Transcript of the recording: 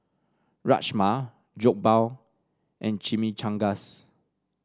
Rajma Jokbal and Chimichangas